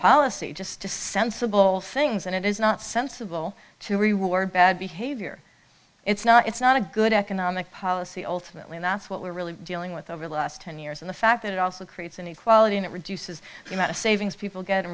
policy just a sensible things and it is not sensible to reward bad behavior it's not it's not a good economic policy ultimately that's what we're really dealing with over the last ten years in the fact that it also creates inequality and it reduces the amount of savings people get